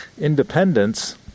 independence